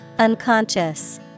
Unconscious